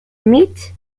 mitch